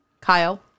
Kyle